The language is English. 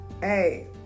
Hey